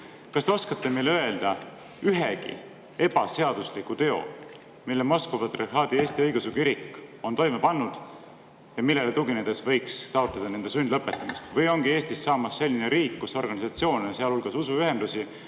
Kas te oskate meile öelda ühegi ebaseadusliku teo, mille Moskva Patriarhaadi Eesti Õigeusu Kirik on toime pannud ja millele tuginedes võiks taotleda nende sundlõpetamist? Või ongi Eestist saamas selline riik, kus organisatsioone, sealhulgas usuühendusi,